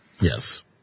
Yes